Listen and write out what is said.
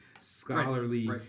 scholarly